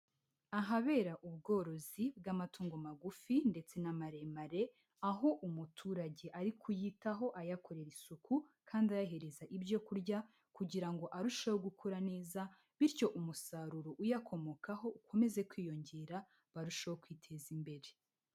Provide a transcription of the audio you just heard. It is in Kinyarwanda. Ahabera ubworozi bw'amatungo magufi ndetse n'amaremare, aho umuturage ari kuyitaho, ayakorera isuku, kandi ayahereza ibyo kurya, kugira ngo arusheho gukura neza. Bityo umusaruro uyakomokaho ukomeze kwiyongera, barushaho kwiteza imbere.